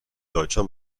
deutscher